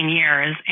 years